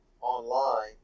online